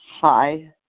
Hi